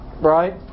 Right